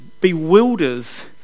bewilders